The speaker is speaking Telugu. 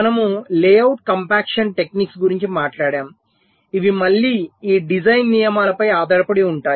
మనము లేఅవుట్ కంప్యాక్షన్ టెక్నిక్స్ గురించి మాట్లాడాము ఇవి మళ్ళీ ఈ డిజైన్ నియమాలపై ఆధారపడి ఉంటాయి